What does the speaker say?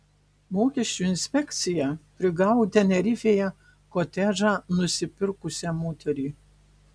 mokesčių inspekcija prigavo tenerifėje kotedžą nusipirkusią moterį